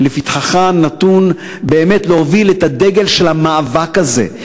לפתחך נתון להוביל את הדגל של המאבק הזה.